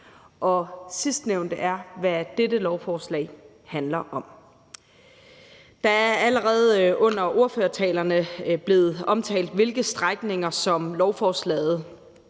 Sidstnævnte er, hvad dette lovforslag handler om. Der er allerede under ordførertalerne blevet omtalt, hvilke strækninger som lovforslaget